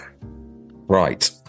Right